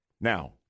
Now